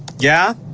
yeah